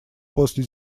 после